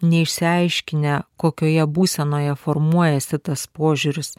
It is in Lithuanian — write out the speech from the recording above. neišsiaiškinę kokioje būsenoje formuojasi tas požiūris